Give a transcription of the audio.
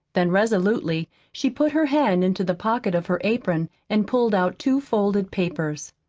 then resolutely she put her hand into the pocket of her apron and pulled out two folded papers.